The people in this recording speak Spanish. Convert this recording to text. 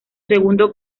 segundo